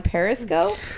Periscope